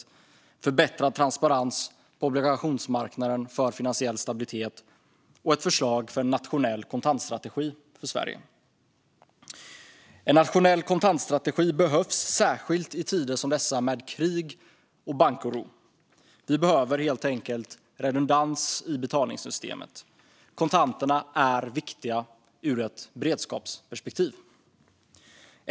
Det finns förslag om förbättrad transparens på obligationsmarknaden för finansiell stabilitet och ett förslag om en nationell kontantstrategi för Sverige. En nationell kontantstrategi behövs särskilt i tider som dessa, med krig och bankoro. Vi behöver helt enkelt redundans i betalningssystemet. Kontanterna är viktiga ur ett beredskapsperspektiv.